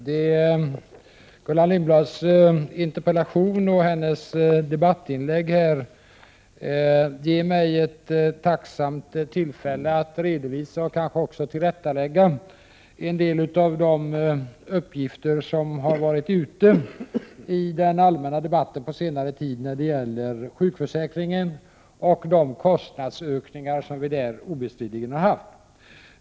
Herr talman! Gullan Lindblads interpellation och hennes debattinlägg här ger mig ett tacksamt tillfälle att redovisa och kanske också tillrättalägga en del av de uppgifter som har varit ute i den allmänna debatten på senare tid när det gäller sjukförsäkringen och de kostnadsökningar vi där obestridligen har haft.